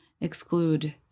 exclude